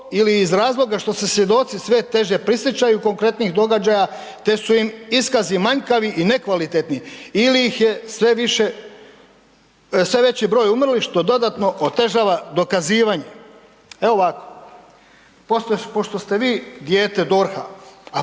ili iz razloga što se svjedoci sve teže prisjećaju konkretnih događaja te su im iskazi manjkavi i nekvalitetni, ili ih je sve više, sve veći broj umrlih što dodatno otežava dokazivanje. Evo ovako, pošto ste vi dijete DORH-a,